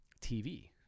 TV